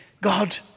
God